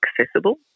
accessible